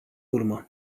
urmă